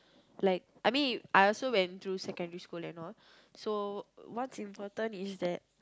like I mean I also went through secondary school and all so what's important is that